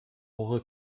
woche